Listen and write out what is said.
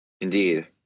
indeed